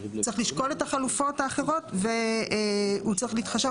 צריך לשקל את החלופות האחרות והוא צריך להתחשב